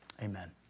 amen